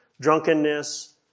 drunkenness